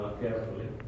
carefully